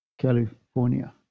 California